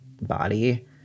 body